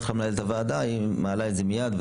מנהלת הוועדה מעלה את החומר מיד שהוא מגיע לוועדה,